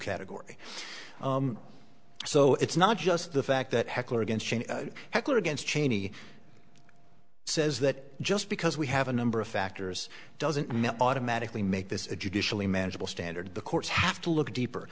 category so it's not just the fact that heckler against cheney heckler against cheney says that just because we have a number of factors doesn't meant automatically make this judicially manageable standard the courts have to look deeper